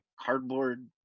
cardboard